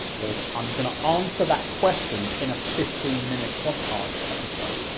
or i'm gonna answer that question in a fifteen minute podcast episode,